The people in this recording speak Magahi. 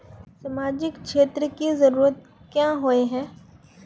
सामाजिक क्षेत्र की जरूरत क्याँ होय है?